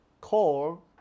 call